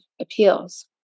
appeals